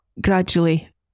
gradually